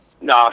No